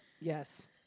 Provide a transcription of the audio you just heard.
Yes